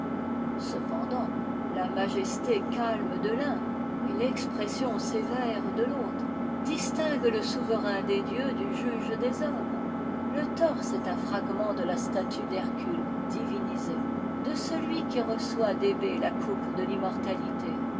cependant la majesté calme de l'un et l'expression sévère de l'autre distinguent e souverain des dieux du juge des hommes le torse est un fragment de la statue d'hercule divinisé de celui qui reçoit d'hébé la coupe de l'immortalité